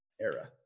era